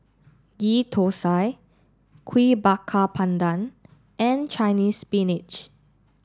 Ghee Thosai Kuih Bakar Pandan and Chinese Spinach